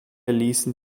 ließen